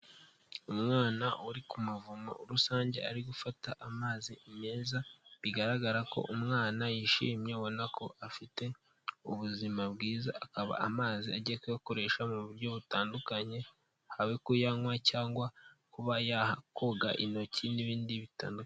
Umwana uri ku mavomo rusange ari gufata amazi meza, bigaragara ko umwana yishimye ubona ko afite ubuzima bwiza, akaba amazi agiye kuyakoresha mu buryo butandukanye, habe kuyanywa cyangwa kuba yakoga intoki n'ibindi bitandukanye.